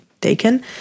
taken